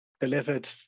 delivered